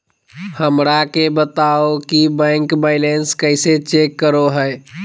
हमरा के बताओ कि बैंक बैलेंस कैसे चेक करो है?